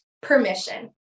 permission